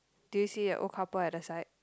do you see a old couple at the side